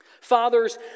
fathers